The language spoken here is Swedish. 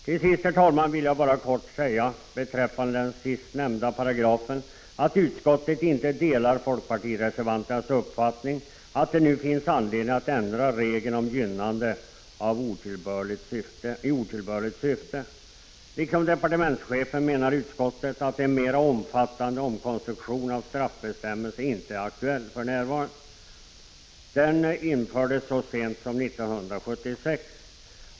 Till sist skall jag bara kort säga beträffande den sist nämnda paragrafen att 11 december 1985 = utskottet inte delar fp-reservanternas uppfattning att det nu finns anledning att ändra regeln om gynnande i otillbörligt syfte. Liksom departementschefen menar utskottet att en mera omfattande omkonstruktion av straffbestämmelsen inte är aktuell för närvarande. Den infördes så sent som 1976.